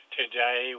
today